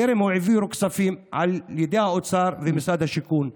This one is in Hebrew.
טרם העבירו כספים על ידי האוצר ומשרד השיכון?